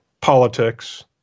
politics